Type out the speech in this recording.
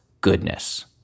goodness